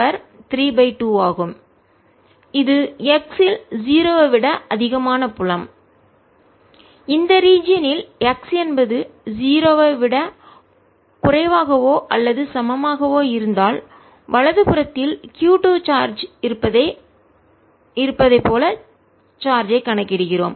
E 14π0 q yjzk diy2z2d232 14π0 q1 yjzkdiy2z2d232 for x≥0 இந்த region இல் X என்பது 0 ஐ விட குறைவாகவோ அல்லது சமமாகவோ இருந்தால் வலது புறத்தில் q 2 சார்ஜ் இருப்பதைப் போல சார்ஜ் ஐ கணக்கிடுகிறோம்